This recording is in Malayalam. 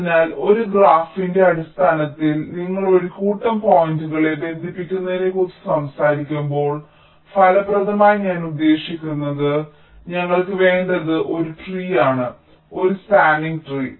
അതിനാൽ ഒരു ഗ്രാഫിന്റെ അടിസ്ഥാനത്തിൽ നിങ്ങൾ ഒരു കൂട്ടം പോയിന്റുകളെ ബന്ധിപ്പിക്കുന്നതിനെക്കുറിച്ച് സംസാരിക്കുമ്പോൾ ഫലപ്രദമായി ഞാൻ ഉദ്ദേശിക്കുന്നത് ഞങ്ങൾക്ക് വേണ്ടത് ഒരു ട്രീ ആണ് ഒരു സ്പാനിങ് ട്രീ